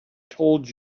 told